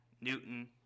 Newton